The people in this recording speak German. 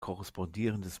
korrespondierendes